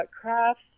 crafts